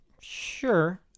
Sure